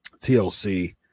tlc